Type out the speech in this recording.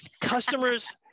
customers